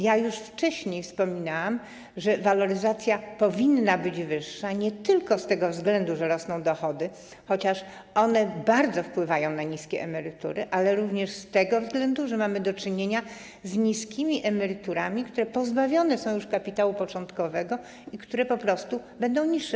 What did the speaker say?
Już wcześniej wspominałam, że waloryzacja powinna być wyższa nie tylko z tego względu, że rosną dochody, chociaż one bardzo wpływają na to, że emerytury są niskie, ale również z tego względu, że mamy do czynienia z emeryturami, które pozbawione są już kapitału początkowego i które po prostu będą niższe.